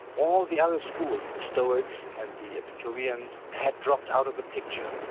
all the other schools, the stoics and the epicureans, had dropped out of the picture,